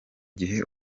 gihe